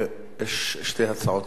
יש שתי הצעות אחרות.